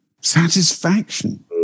satisfaction